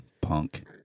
punk